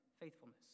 faithfulness